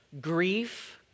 grief